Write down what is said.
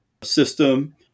system